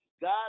God